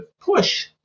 push